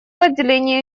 отделение